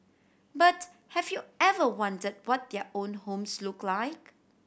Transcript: but have you ever wondered what their own homes look like